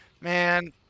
man